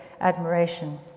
admiration